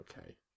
Okay